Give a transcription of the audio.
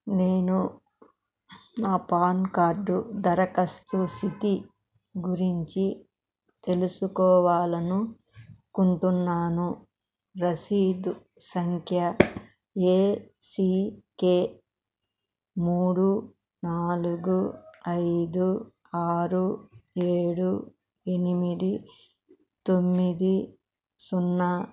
నేను నా PAN card దరఖాస్తు స్థితి గురించి తెలుసుకోవాలి అనుకుంటున్నాను రసీదు సంఖ్య ఏసీకే మూడు నాలుగు ఐదు ఆరు ఏడు ఎనిమిది తొమ్మిది సున్నా